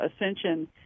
Ascension